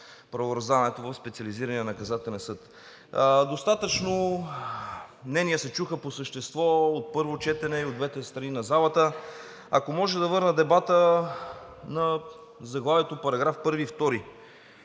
правораздаването в Специализирания наказателен съд. Достатъчно мнения се чуха по същество от първо четене и от двете страни на залата. Ако може да върна дебата на заглавието, параграфи 1 и 2.